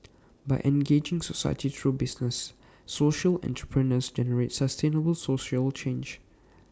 by engaging society through business social entrepreneurs generate sustainable social change